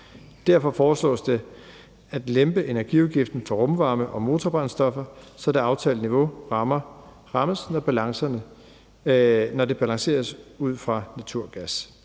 Derfor foreslås det at lempe energiafgiften for rumvarme og motorbrændstoffer, så det aftalte niveau rammes, når det balanceres ud fra naturgas.